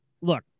look